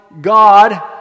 God